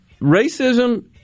racism